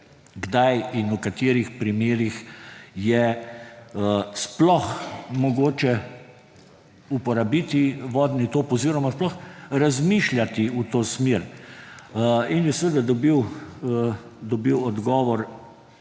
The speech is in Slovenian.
kdaj in v katerih primerih je sploh mogoče uporabiti vodni top oziroma sploh razmišljati v to smer. Seveda je dobil odgovor,